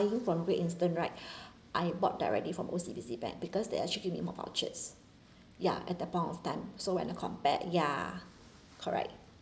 buying from Great Eastern right I bought directly from O_C_B_C bank because they actually give me more vouchers ya at that point of time so when I compare ya correct